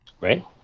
Right